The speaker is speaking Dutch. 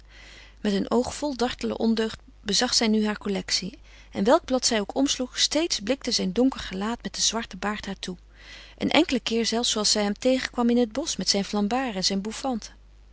met een oog vol dartele ondeugd bezag zij nu haar collectie en welk blad zij ook omsloeg steeds blikte zijn donker gelaat met den zwarten baard haar toe een enkelen keer zelfs zooals zij hem tegenkwam in het bosch met zijn flambard en zijn bouffante